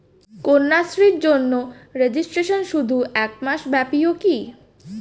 কন্যাশ্রীর জন্য রেজিস্ট্রেশন শুধু এক মাস ব্যাপীই কি?